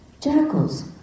jackals